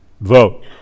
Vote